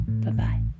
Bye-bye